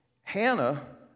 Hannah